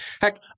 Heck